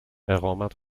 اقامت